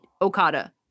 Okada